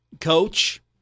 Coach